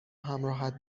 همراهت